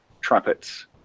trumpets